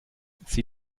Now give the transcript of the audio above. sie